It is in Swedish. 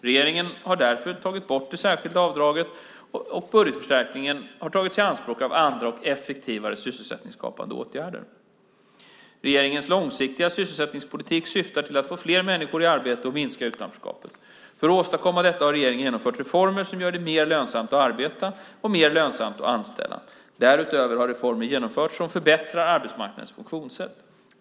Regeringen har därför tagit bort det särskilda avdraget, och budgetförstärkningen har tagits i anspråk av andra och effektivare sysselsättningsskapande åtgärder. Regeringens långsiktiga sysselsättningspolitik syftar till att få fler människor i arbete och att minska utanförskapet. För att åstadkomma detta har regeringen genomfört reformer som gör det mer lönsamt att arbeta och mer lönsamt att anställa. Därutöver har reformer genomförts som förbättrar arbetsmarknadens funktionssätt.